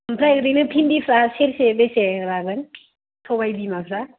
ओमफ्राय ओरैनो बिनदिफ्रा सेरसे बेसे लागोन सबाइ बिमाफ्रा